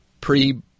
pre